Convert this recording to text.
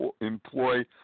employ